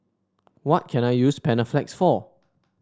what can I use Panaflex for